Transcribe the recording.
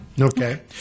Okay